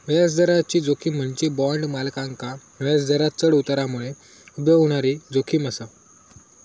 व्याजदराची जोखीम म्हणजे बॉण्ड मालकांका व्याजदरांत चढ उतारामुळे उद्भवणारी जोखीम असा